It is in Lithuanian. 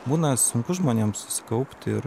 būna sunku žmonėms susikaupt ir